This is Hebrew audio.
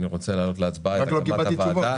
אני רוצה להעלות להצבעה את הקמת הוועדה.